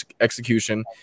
execution